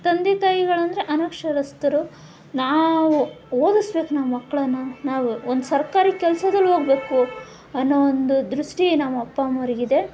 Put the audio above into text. ತಂದೆ ತಾಯಿಗಳಂದರೆ ಅನಕ್ಷರಸ್ತರು ನಾವು ಓದಸ್ಬೇಕು ನಾವು ಮಕ್ಳನ್ನ ನಾವು ಒಂದು ಸರ್ಕಾರಿ ಕೆಲ್ಸದಲ್ಲಿ ಹೋಗ್ಬೇಕು ಅನ್ನೋ ಒಂದು ದೃಷ್ಟಿ ನಮ್ಮ ಅಪ್ಪ ಅಮ್ಮ ಅವ್ರಿಗಿದೆ